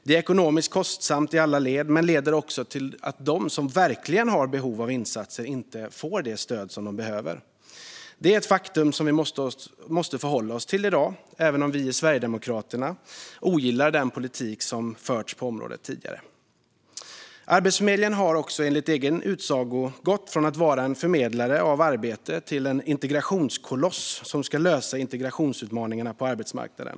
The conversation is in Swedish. Det är ekonomiskt kostsamt i alla led, men leder också till att de som verkligen har behov av insatser inte får det stöd de behöver. Det är ett faktum som vi måste förhålla oss till i dag, även om vi i Sverigedemokraterna ogillar den politik som tidigare förts på området. Arbetsförmedlingen har enligt egen utsago gått från att vara en förmedlare av arbete till att vara en integrationskoloss som ska lösa integrationsutmaningarna på arbetsmarknaden.